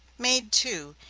made, too,